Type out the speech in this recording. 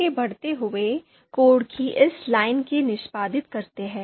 आगे बढ़ते हुए कोड की इस लाइन को निष्पादित करते हैं